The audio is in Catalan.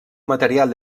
material